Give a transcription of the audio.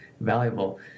valuable